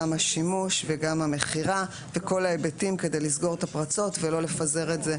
גם השימוש וגם המכירה וכל ההיבטים כדי לסגור את הפרצות ולא לפזר את זה,